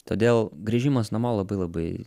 todėl grįžimas namo labai labai